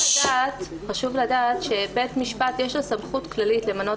חשוב לדעת שלבית משפט יש סמכות כללית למנות